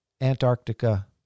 Antarctica